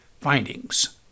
findings